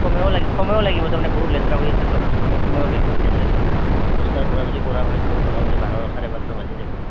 সময়ো লাগে সময়ো লাগিব তাৰমানে বহুত লেতেৰা হৈ আছেতো বস্তুখিনি সময়ো লাগিব এতিয়া যদি দছটাৰ পৰা যদি কৰা হয় ধৰক মোটামুটি বাৰ চাৰে বাৰটা বাজি যাব